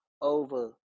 over